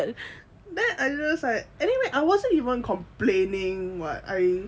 then I just like anyway I wasn't like complaining [what] I